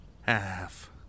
half